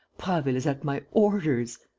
prasville is at my orders!